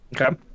Okay